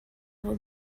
will